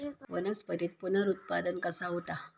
वनस्पतीत पुनरुत्पादन कसा होता?